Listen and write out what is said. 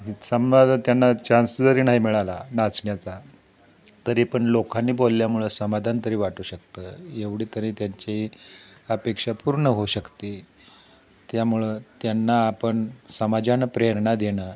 समजा जर त्यांना चान्स जरी नाही मिळाला नाचण्याचा तरी पण लोकांनी बोलल्यामुळं समाधान तरी वाटू शकतं एवढी तरी त्यांची अपेक्षा पूर्ण होऊ शकते त्यामुळं त्यांना आपण समाजानं प्रेरणा देणं